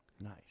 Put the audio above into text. Nice